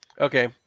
Okay